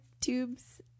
tubes